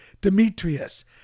Demetrius